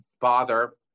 bother